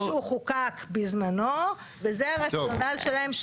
כפי שהוא חוקק בזמנו וזה הרציונל שלהם.